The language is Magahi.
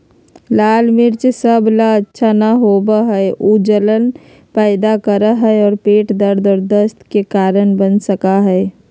लाल मिर्च सब ला अच्छा न होबा हई ऊ जलन पैदा करा हई और पेट दर्द और दस्त के कारण बन सका हई